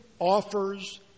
offers